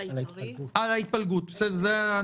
שהיה עדיף בוועדת החוקה מאשר בוועדת הכספים,